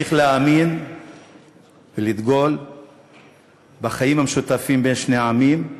אמשיך להאמין ולדגול בחיים המשותפים בין שני העמים,